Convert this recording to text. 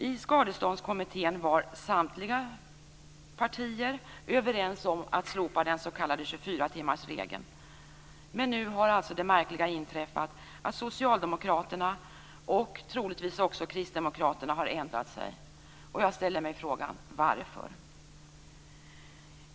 I Skadeståndskommittén var samtliga partier överens om att slopa den s.k. 24-timmarsregeln. Men nu har alltså det märkliga inträffat att socialdemokraterna och troligtvis också kristdemokraterna har ändrat sig. Jag ställer mig frågan: Varför?